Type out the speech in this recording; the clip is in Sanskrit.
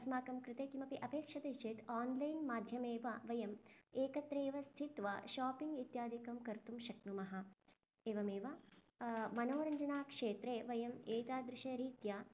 अस्माकङ्कृते किमपि अपेक्षते चेत् आन्लैन् माध्यमेव वयम् एकत्र एव स्थित्वा शापिङ्ग् इत्यादिकं कर्तुं शक्नुमः एवमेव मनोरञ्जनक्षेत्रे वयं एतादृशरीत्या